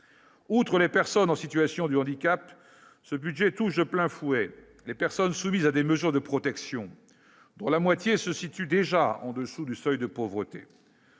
outre les personnes en situation du handicap, ce budget touche de plein fouet les personnes soumises à des mesures de protection dont la moitié se situe déjà en dessous du seuil de pauvreté,